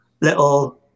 little